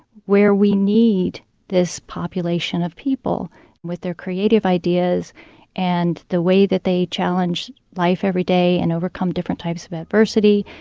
where we need this population of people with their creative ideas and the way that they challenge life every day and overcome different types of adversity.